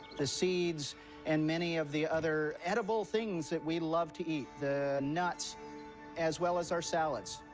the seeds and many of the other edible things that we love to eat, the nuts as well as our salads.